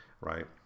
Right